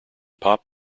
pop